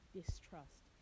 distrust